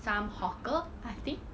some hawker I think